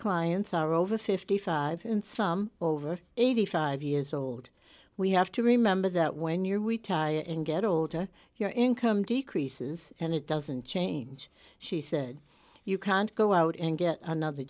clients are over fifty five and some over eighty five years old we have to remember that when your we tie and get older your income decreases and it doesn't change she said you can't go out and get another